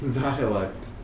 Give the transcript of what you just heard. dialect